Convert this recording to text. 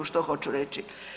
Što hoću reći?